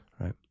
right